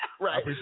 Right